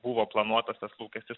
buvo planuotas tas lūkestis